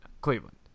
Cleveland